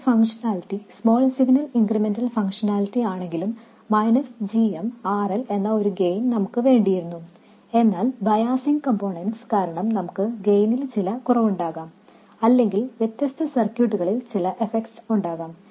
നമ്മുടെ functionality small signal incremental functionality ആണെങ്കിലും g m RL എന്ന ഒരു ഗെയിൻ നമുക്ക് വേണ്ടിയിരുന്നു എന്നാൽ ബയാസിങ് കോമ്പൊണൻറ്സ് കാരണം നമുക്ക് ഗെയിനിൽ ചില കുറവുണ്ടാകാം അല്ലെങ്കിൽ വ്യത്യസ്ത സർക്യൂട്ടുകളിൽ ചില എഫെക്ട്സ് ഉണ്ടാകാം